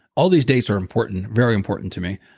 all these dates are important, very important to me.